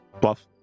Bluff